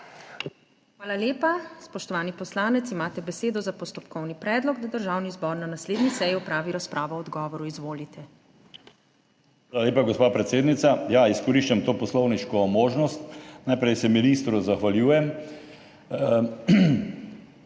Hvala lepa. Spoštovani poslanec, imate besedo za postopkovni predlog, da Državni zbor na naslednji seji opravi razpravo o odgovoru. Izvolite. JOŽEF HORVAT (PS NSi): Hvala lepa, gospa predsednica. Ja, izkoriščam to poslovniško možnost. Najprej se ministru zahvaljujem.